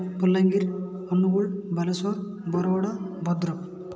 Balangir Angul Balasore Bargarh Bhadrak